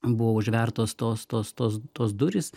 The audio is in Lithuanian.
buvo užvertos tos tos tos tos durys